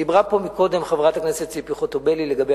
דיברה פה קודם חברת הכנסת ציפי חוטובלי לגבי